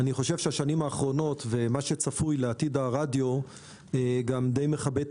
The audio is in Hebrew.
אני חושב שהשנים האחרונות ומה שצפוי לעתיד הרדיו גם די מכבה את